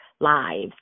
lives